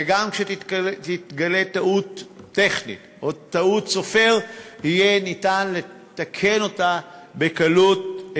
וגם כשתתגלה טעות טכנית או טעות סופר יהיה ניתן לתקן אותה ביתר קלות.